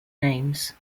names